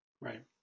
Right